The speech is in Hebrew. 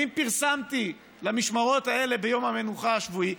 ואם פרסמתי למשמרות האלה ביום המנוחה השבועי,